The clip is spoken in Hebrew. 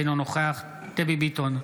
אינו נוכח דבי ביטון,